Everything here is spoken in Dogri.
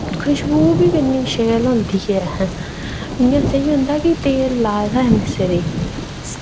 खुशबू बी किन्नी शैल होंदी ऐ इ'यां सेही होंदा कि तेल लाए दा ऐ में सिरै